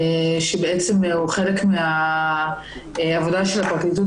שבעצם הוא חלק מהעבודה של הפרקליטות,